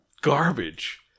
garbage